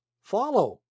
follow